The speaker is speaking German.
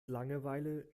langeweile